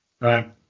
Right